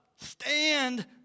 stand